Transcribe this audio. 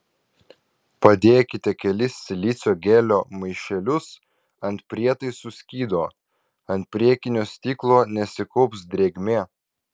padėkite kelis silicio gelio maišelius ant prietaisų skydo ant priekinio stiklo nesikaups drėgmė